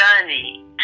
journey